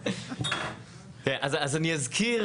אז אני אזכיר